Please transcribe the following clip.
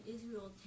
Israel